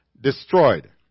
destroyed